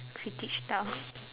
critics style